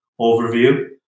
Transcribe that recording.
overview